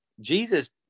jesus